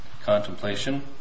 contemplation